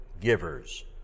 givers